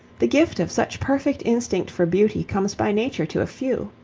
the gift of such perfect instinct for beauty comes by nature to a few.